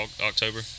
October